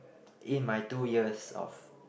in my two years of